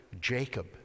Jacob